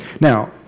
Now